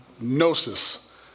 gnosis